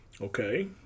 Okay